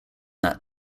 that